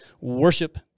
worship